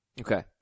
Okay